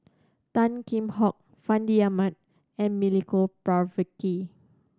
Tan Kheam Hock Fandi Ahmad and Milenko Prvacki